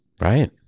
Right